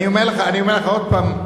אני אומר לך עוד הפעם.